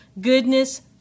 goodness